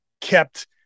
kept